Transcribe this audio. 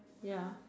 ya